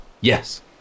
Yes